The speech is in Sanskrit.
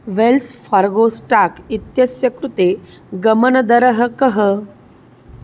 वेल्स् फ़ार्गोस्टाक् इत्यस्य कृते गमनदरः कः